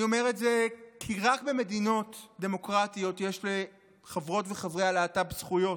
אני אומר את זה כי רק במדינות דמוקרטית יש לחברות וחברי הלהט"ב זכויות.